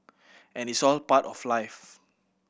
and it's all part of life